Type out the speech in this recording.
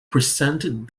presented